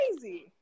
crazy